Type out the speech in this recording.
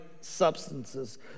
substances